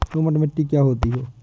दोमट मिट्टी क्या होती हैं?